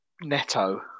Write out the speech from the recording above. Netto